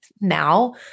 Now